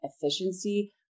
efficiency